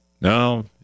No